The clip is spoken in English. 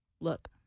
look